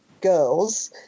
girls